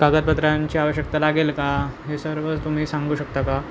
कागदपत्रांची आवश्यकता लागेल का हे सर्व तुम्ही सांगू शकता का